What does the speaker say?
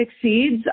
succeeds